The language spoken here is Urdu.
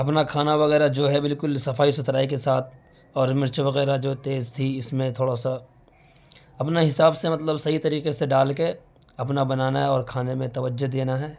اپنا کھانا وغیرہ جو ہے بالکل صفائی ستھرائی کے ساتھ اور مرچ وغیرہ جو تیز تھی اس میں تھوڑا سا اپنا حساب سے مطلب صحیح طریقے سے ڈال کے اپنا بنانا ہے اور کھانے میں توجہ دینا ہے